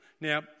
Now